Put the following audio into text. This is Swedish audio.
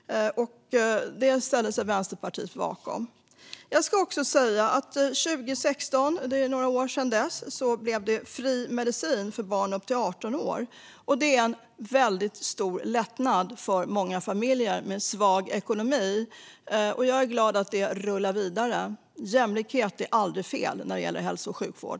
Det ställer Vänsterpartiet sig bakom. Jag ska också säga att 2016 - det är några år sedan dess - blev medicinen kostnadsfri för barn upp till 18 år. Det är en väldigt stor lättnad för många familjer med svag ekonomi. Jag är glad över att det rullar vidare. Jämlikhet är aldrig fel när det gäller hälso och sjukvård.